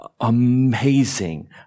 amazing